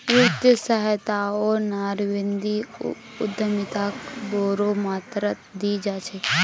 वित्तीय सहायताओ नारीवादी उद्यमिताक बोरो मात्रात दी छेक